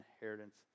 inheritance